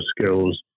skills